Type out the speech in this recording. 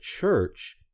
Church